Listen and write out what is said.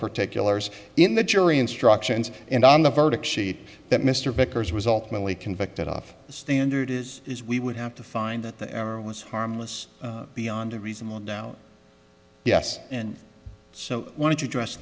particulars in the jury instructions and on the verdict sheet that mr vickers was ultimately convicted off standard is is we would have to find that it was harmless beyond a reasonable doubt yes and so i want to address